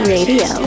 Radio